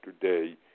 day